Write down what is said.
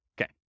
Okay